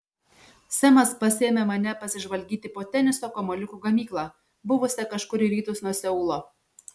semas pasiėmė mane pasižvalgyti po teniso kamuoliukų gamyklą buvusią kažkur į rytus nuo seulo